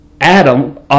adam